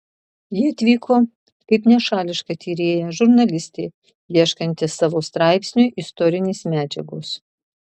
ji atvyko kaip nešališka tyrėja žurnalistė ieškanti savo straipsniui istorinės medžiagos